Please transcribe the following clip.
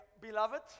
beloved